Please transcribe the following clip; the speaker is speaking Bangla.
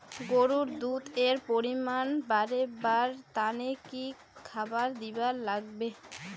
গরুর দুধ এর পরিমাণ বারেবার তানে কি খাবার দিবার লাগবে?